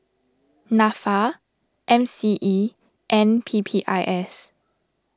Nafa M C E and P P I S